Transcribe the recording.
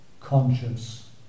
conscious